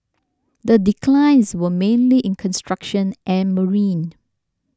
the declines were mainly in construction and marine